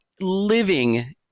living